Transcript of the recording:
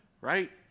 Right